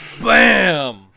Bam